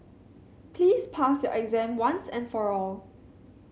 please pass your exam once and for all